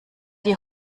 die